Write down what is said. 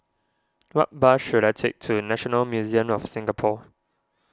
what bus should I take to National Museum of Singapore